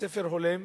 בית-ספר הולם.